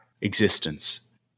existence